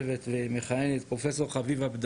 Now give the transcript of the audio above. פתרונות שלמדנו אותם ממערכות חינוך אחרות.